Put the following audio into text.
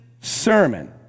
sermon